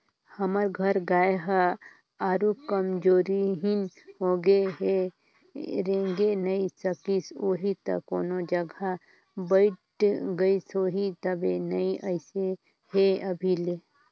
हमर घर गाय ह आरुग कमजोरहिन होगें हे रेंगे नइ सकिस होहि त कोनो जघा बइठ गईस होही तबे नइ अइसे हे अभी ले